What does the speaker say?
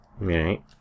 Right